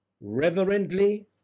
reverently